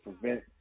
prevent